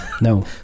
No